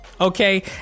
okay